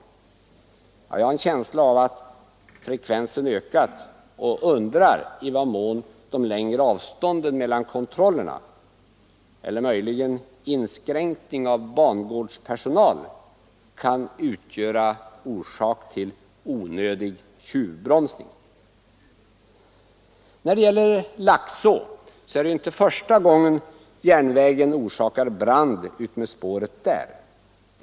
Jag har också en känsla av att frekvensen ökar, och jag undrar i vad mån de längre avstånden mellan kontrollerna eller möjligen inskränkningen av bangårdspersonal kan utgöra orsaken till onödig tjuvbromsning. När det gäller Laxå är det inte första gången järnvägen orsakar brand utmed spåret.